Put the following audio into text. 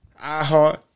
iHeart